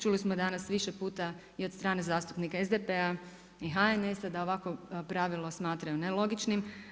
Čuli smo danas više puta i od strane zastupnika SDP-a i HNS-a da ovakvo pravilo smatraju nelogičnim.